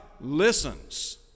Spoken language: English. listens